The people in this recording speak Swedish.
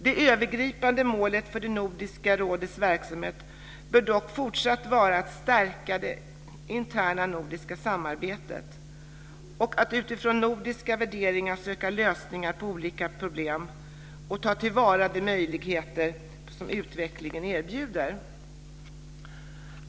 Det övergripande målet för Nordiska rådets verksamhet bör dock fortsatt vara att stärka det interna nordiska samarbetet, att utifrån nordiska värderingar söka lösningar på olika problem och att ta till vara de möjligheter som utvecklingen erbjuder.